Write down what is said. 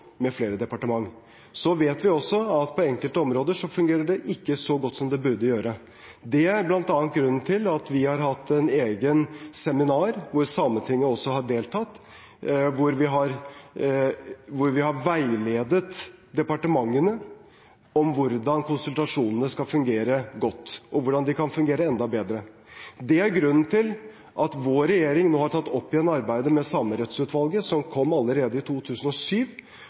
med flere departementer. Så vet vi også at på enkelte områder fungerer det ikke så godt som det burde gjøre. Det er bl.a. grunnen til at vi har hatt et eget seminar, hvor Sametinget også har deltatt, hvor vi har veiledet departementene om hvordan konsultasjonene skal fungere godt, og hvordan de kan fungere enda bedre. Det er grunnen til at vår regjering nå har tatt opp igjen arbeidet med Samerettsutvalget, som kom allerede i 2007,